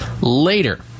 later